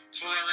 Toilet